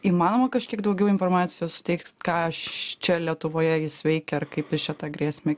įmanoma kažkiek daugiau informacijos suteikt ką aš čia lietuvoje jis veikia ar kaip jis čia tą grėsmę